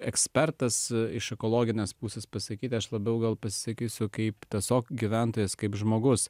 ekspertas iš ekologinės pusės pasakyti aš labiau gal pasakysiu kaip tiesiog gyventojas kaip žmogus